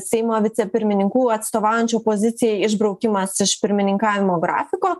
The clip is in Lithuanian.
seimo vicepirmininkų atstovaujančių pozicijai išbraukimas iš pirmininkavimo grafiko